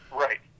Right